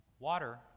Water